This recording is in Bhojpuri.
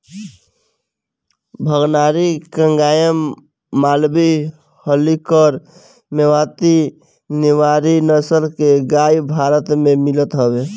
भगनारी, कंगायम, मालवी, हल्लीकर, मेवाती, निमाड़ी नसल के गाई भारत में मिलत हवे